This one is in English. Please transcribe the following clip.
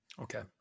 Okay